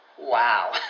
Wow